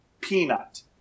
peanut